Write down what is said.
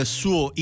suo